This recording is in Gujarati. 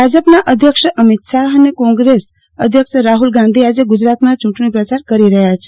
ભાજપના અધ્યક્ષ અમિત શાહ અને કોંગ્રેસ અધ્યક્ષ રાહલ ગાંધી આજે ગુજરાતમાં ચૂંટણી પ્રચાર કરી રહ્યા છે